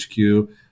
HQ